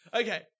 Okay